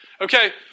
Okay